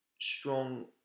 strong